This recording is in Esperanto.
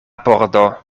pordo